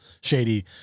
shady